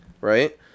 right